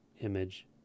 image